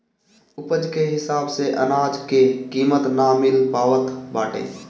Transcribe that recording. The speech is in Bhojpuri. उपज के हिसाब से अनाज के कीमत ना मिल पावत बाटे